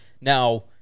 Now